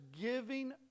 giving